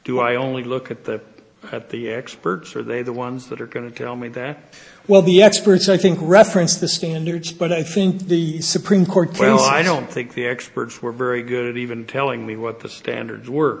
do i only look at the at the experts are they the ones that are going to tell me that well the experts i think referenced the standards but i think the supreme court well i don't think the experts were very good even telling me what the standards were